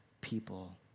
people